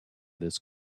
this